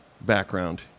background